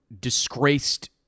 disgraced